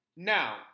Now